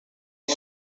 had